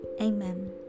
Amen